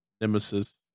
Nemesis